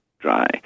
dry